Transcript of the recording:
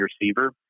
receiver